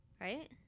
Right